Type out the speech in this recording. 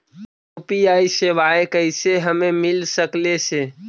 UPI सेवाएं कैसे हमें मिल सकले से?